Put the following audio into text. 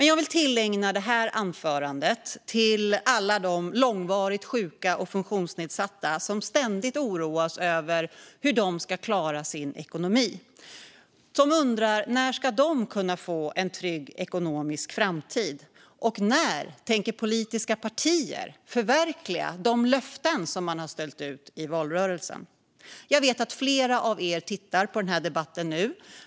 Jag vill tillägna mitt anförande alla de långvarigt sjuka och funktionsnedsatta som ständigt oroas över hur de ska klara sin ekonomi. De undrar när de ska få en trygg ekonomisk framtid och när politiska partier tänker förverkliga de löften man har ställt ut i valrörelsen. Jag vet att flera av er tittar på debatten.